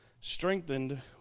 strengthened